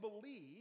believe